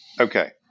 Okay